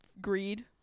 greed